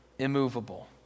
Immovable